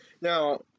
Now